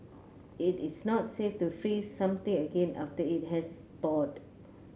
it is not safe to freeze something again after it has thawed